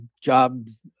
jobs